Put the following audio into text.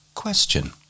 question